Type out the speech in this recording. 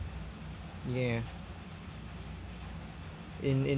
ya in in